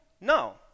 No